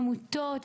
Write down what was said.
לעמותות,